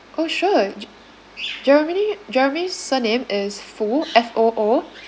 orh sure j~ jeremeny jeremy's surname is foo F O O